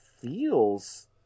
Feels